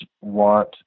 want